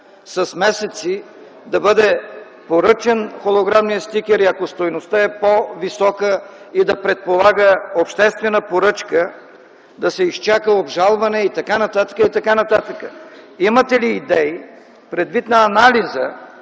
с месеци да бъде поръчан холограмният стикер и ако стойността е по-висока и предполага обществена поръчка, да се изчака обжалване и т.н., и т.н. Имате ли идеи предвид на анализа